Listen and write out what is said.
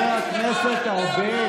זה קומבינות שהולכים לשים להן סוף.